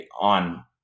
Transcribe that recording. on